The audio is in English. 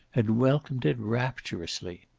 had welcomed it rapturously.